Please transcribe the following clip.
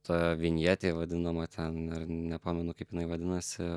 ta vinjetėj vadinama ten ar nepamenu kaip jinai vadinasi